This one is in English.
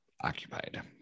occupied